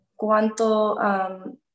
cuánto